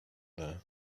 there